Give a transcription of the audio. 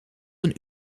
een